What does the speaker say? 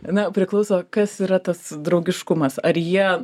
na priklauso kas yra tas draugiškumas ar jie